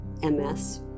MS